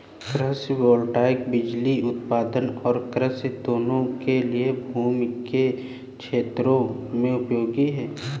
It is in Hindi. कृषि वोल्टेइक बिजली उत्पादन और कृषि दोनों के लिए भूमि के क्षेत्रों में उपयोगी है